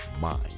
mind